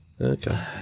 Okay